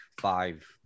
five